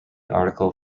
article